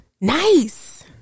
Nice